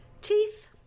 teeth